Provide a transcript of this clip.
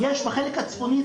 יש בחלק הצפוני,